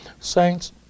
saints